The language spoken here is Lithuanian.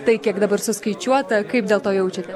tai kiek dabar suskaičiuota kaip dėl to jaučiatės